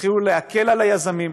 תתחילו להקל על היזמים,